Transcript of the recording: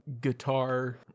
guitar